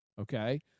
okay